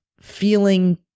feeling